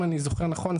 אם אני זוכר נכון,